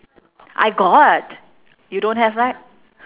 I got you don't have right